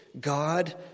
God